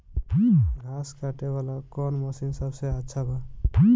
घास काटे वाला कौन मशीन सबसे अच्छा बा?